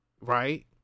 right